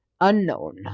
unknown